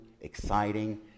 exciting